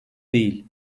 değil